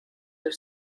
your